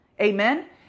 Amen